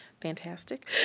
fantastic